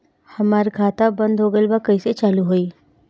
हमार खाता बंद हो गइल बा कइसे चालू होई?